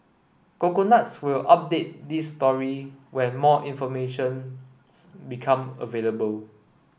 coconuts will update this story when more information's become available